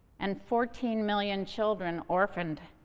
and fourteen million children orphaned?